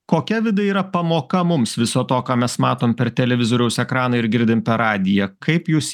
kokia vidai yra pamoka mums viso to ką mes matom per televizoriaus ekraną ir girdim per radiją kaip jūs